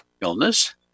illness